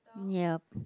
yup